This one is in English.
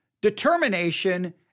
determination